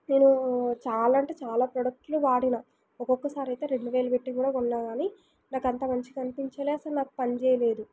నేను చాలా అంటే చాలా ప్రొడక్ట్లు వాడిన ఒక్కొక్కసారి అయితే రెండు వేలు పెట్టి కూడా కొన్నా గానీ నాకంత మంచిగా అనిపించలే నాకసలు పని చేయలేదు